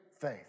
faith